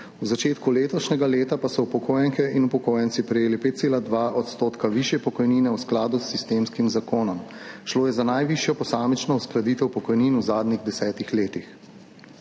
v začetku letošnjega leta pa so upokojenke in upokojenci prejeli 5,2 % višje pokojnine v skladu s sistemskim zakonom. Šlo je za najvišjo posamično uskladitev pokojnin v zadnjih 10 letih.